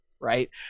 right